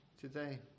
today